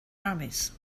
armies